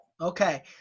Okay